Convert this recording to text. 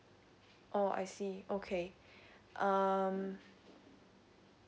oh I see okay um